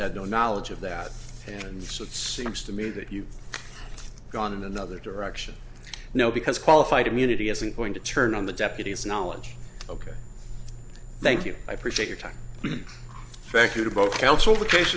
had no knowledge of that and so it seems to me that you've gone in another direction now because qualified immunity isn't going to turn on the deputies knowledge ok thank you i appreciate your time thank you to both counsel the case